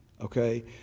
okay